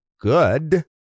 good